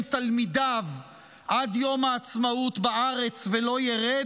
תלמידיו עד יום העצמאות בארץ ולא ירד,